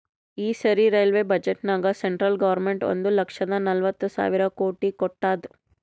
ಈ ಸರಿ ರೈಲ್ವೆ ಬಜೆಟ್ನಾಗ್ ಸೆಂಟ್ರಲ್ ಗೌರ್ಮೆಂಟ್ ಒಂದ್ ಲಕ್ಷದ ನಲ್ವತ್ ಸಾವಿರ ಕೋಟಿ ಕೊಟ್ಟಾದ್